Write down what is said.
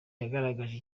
yagaragaje